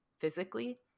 physically